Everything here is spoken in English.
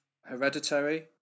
Hereditary